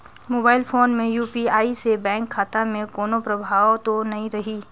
Mobile phone मे UPI से bank खाता मे कोनो प्रभाव तो नइ रही?